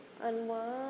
unwind